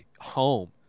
home